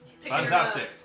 Fantastic